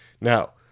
Now